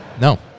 no